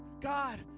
God